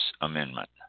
amendment